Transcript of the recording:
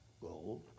gold